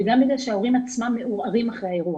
וגם בגלל שההורים עצמם מעורערים אחרי האירוע.